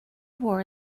war